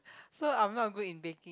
so I'm not good in baking